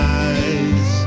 eyes